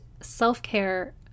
self-care